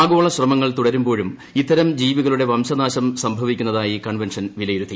ആഗോള ് ശ്രമങ്ങൾ തുടരുമ്പോഴും ഇത്തരം ജീവികളുടെ വംശനാശം സംഭവിക്കുന്നതായി കൺവെൻഷൻ വിലയിരുത്തി